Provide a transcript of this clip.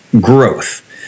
growth